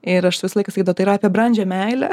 ir aš visą laiką sakydavau tai yra apie brandžią meilę